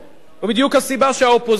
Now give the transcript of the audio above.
ובדיוק הסיבה שהאופוזיציה,